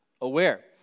aware